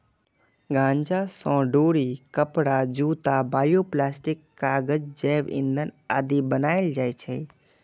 गांजा सं डोरी, कपड़ा, जूता, बायोप्लास्टिक, कागज, जैव ईंधन आदि बनाएल जाइ छै